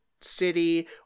city